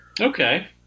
Okay